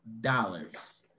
dollars